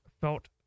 felt